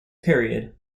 period